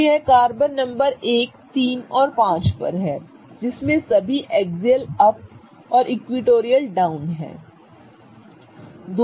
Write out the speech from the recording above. तो यह carbon number 1 3 और 5 है जिसमें सभी एक्सियल अप और इक्विटोरियल डाउन हैं